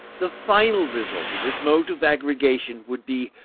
the final result of this mode of aggregation would be,